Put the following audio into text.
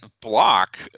block